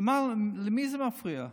כלומר, למי זה מפריע?